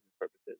purposes